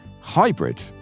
hybrid